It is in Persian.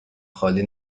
خالی